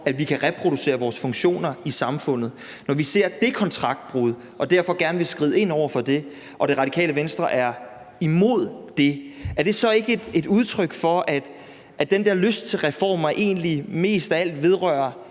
at vi kan reproducere vores funktioner i samfundet, og når vi ser det kontraktbrud og derfor gerne vil skride ind over for det og Radikale Venstre er imod det, er det så ikke et udtryk for, at den der lyst til reformer egentlig mest af alt vedrører